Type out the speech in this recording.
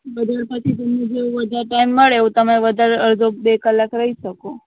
વધારે પછી તમને જેવો વધારે ટાઇમ મળે એવું તમે વધારે અડધો બે કલાક રહી શકો